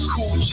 Cool